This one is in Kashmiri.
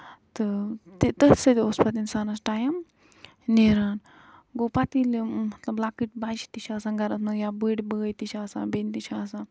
تہٕ تٔتھۍ سۭتۍ اوس پَتہٕ اِنسانَس ٹایم نیران گوٚو پَتہٕ ییٚلہِ لۄکٕٹۍ بَچہٕ تہِ چھِ آسان گرن منٛز یا بٔڑۍ باے تہِ چھِ آسان بیٚنہِ تہِ چھِ آسان